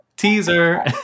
teaser